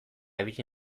ibili